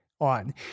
on